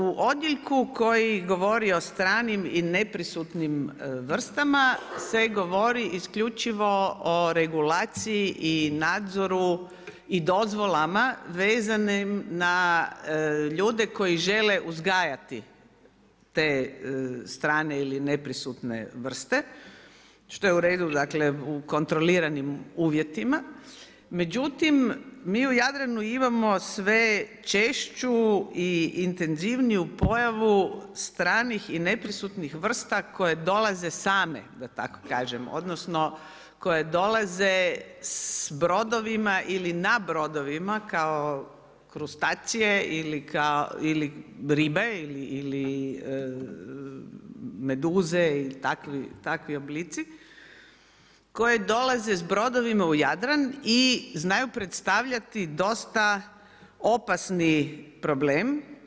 U odjeljku koji govori o stranim i neprisutnim vrstama se govori isključivo o regulaciji i nadzoru i dozvolama vezane na ljude koji žele uzgajati te strane ili neprisutne vrste što je uredu dakle u kontroliranim uvjetima, međutim mi u Jadranu imamo sve češću i intenzivniju pojavu stranih i neprisutnih vrsta koje dolaze same, da tako kažem odnosno koje dolaze s brodovima ili na brodovima kao krustacije ili ribe ili meduze i takvi oblici koje dolaze s brodovima u Jadran i znaju predstavljati dosta opasni problem.